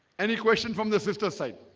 any question from the sister side?